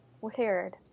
Weird